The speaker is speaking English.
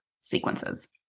sequences